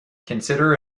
consider